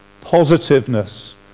positiveness